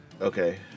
Okay